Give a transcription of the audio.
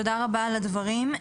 תודה רבה על הדברים.